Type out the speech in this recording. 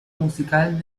musical